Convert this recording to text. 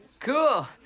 cool.